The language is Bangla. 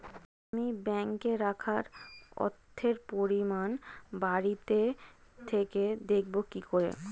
আমি ব্যাঙ্কে রাখা অর্থের পরিমাণ বাড়িতে থেকে দেখব কীভাবে?